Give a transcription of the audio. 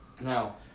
Now